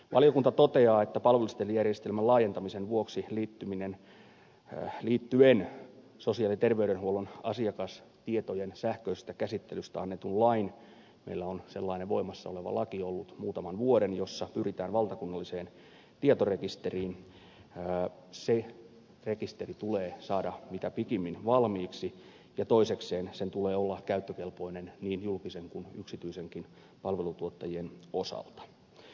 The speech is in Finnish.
valiokunta toteaa että palvelusetelijärjestelmän laajentamisen vuoksi liittyen sosiaali ja terveydenhuollon asiakastietojen sähköisestä käsittelystä annetun lakiin meillä on sellainen voimassa oleva laki ollut muutaman vuoden jossa pyritään valtakunnalliseen tietorekisteriin rekisteri tulee saada mitä pikimmin valmiiksi ja toisekseen sen tulee olla käyttökelpoinen niin julkisten kuin yksityistenkin palveluntuottajien osalta